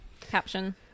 caption